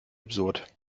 absurd